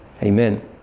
Amen